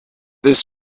this